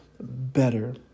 better